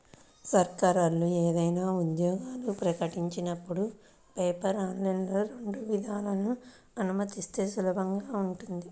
సర్కారోళ్ళు ఏదైనా ఉద్యోగాలు ప్రకటించినపుడు పేపర్, ఆన్లైన్ రెండు విధానాలనూ అనుమతిస్తే సులభంగా ఉంటది